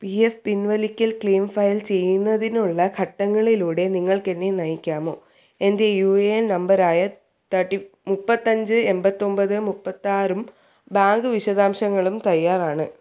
P F പിൻവലിക്കൽ claim file ചെയ്യുന്നതിനുള്ള ഘട്ടങ്ങളിലൂടെ നിങ്ങൾക്ക് എന്നെ നയിക്കാമോ എൻ്റെ യു എ എൻ നമ്പറായ തേർട്ടി മുപ്പത്തി അഞ്ച് എൺപത്തി ഒമ്പത് മുപ്പത്തി ആറും ബാങ്ക് വിശദാംശങ്ങളും തയ്യാറാണ്